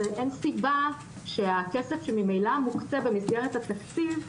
ואין סיבה שהכסף שממילא מוקצה במסגרת התקציב,